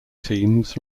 teams